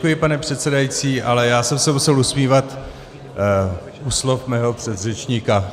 Děkuji, pane předsedající, ale já jsem se musel usmívat u slov svého předřečníka.